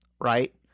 right